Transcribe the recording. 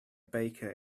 baker